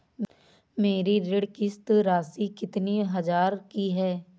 मेरी ऋण किश्त राशि कितनी हजार की है?